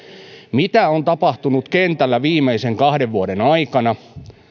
mitä on tapahtunut kentällä viimeisen kahden vuoden aikana